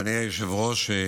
אדוני היושב-ראש,